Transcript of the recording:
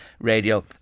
Radio